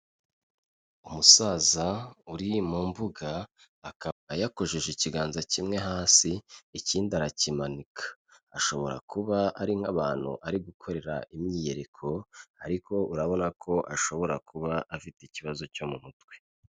Umusaza uri mu mbuga akaba yakojeje ikiganza kimwe hasi ikindi arakimanika, ashobora kuba ari nk'abantu ari gukorera imyiyereko ariko urabona ko ashobora kuba afite ikibazo cyo mu mutwe.